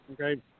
Okay